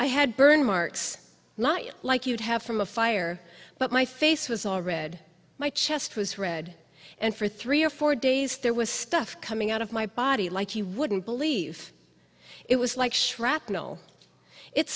i had burn marks not like you'd have from a fire but my face was all red my chest was red and for three or four days there was stuff coming out of my body like you wouldn't believe it was like